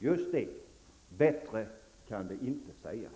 Just det, bättre kan det inte sägas.